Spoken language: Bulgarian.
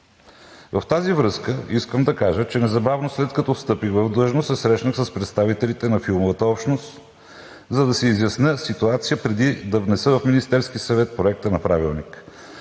В тази връзка искам да кажа, че незабавно, след като встъпих в длъжност, се срещнах с представителите на филмовата общност, за да се изясни ситуацията преди да внеса в Министерския съвет Проекта на правилника.